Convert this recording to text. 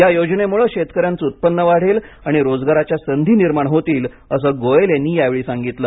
या योजनेमुळे शेतकऱ्यांचे उत्पन्न वाढेल आणि रोजगाराच्या संधी निर्माण होतील असं गोयल यांनी यावेळ सांगितलं